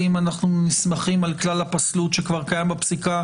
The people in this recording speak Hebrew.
האם אנחנו נסמכים על כלל הפסלות שכבר קיים בפסיקה